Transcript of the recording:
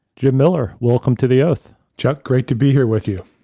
jim miller, welcome to the oath. chuck, great to be here with you.